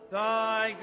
thy